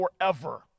forever